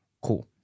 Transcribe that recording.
Cool